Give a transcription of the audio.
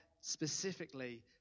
specifically